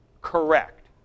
Correct